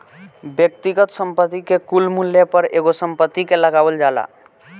व्यक्तिगत संपत्ति के कुल मूल्य पर एगो संपत्ति के लगावल जाला